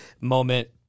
moment